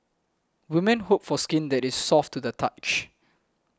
women hope for skin that is soft to the touch